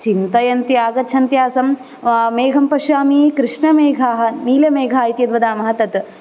चिन्तयन्ती आगच्छन्ती आसं मेघं पश्यामि कृष्णमेघाः नीलमेघाः इति यद्वदामः तत्